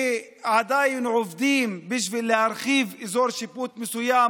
כי עדיין עובדים כדי להרחיב אזור שיפוט מסוים,